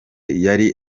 yari